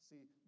See